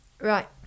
Right